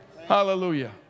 Hallelujah